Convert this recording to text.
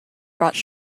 brought